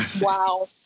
Wow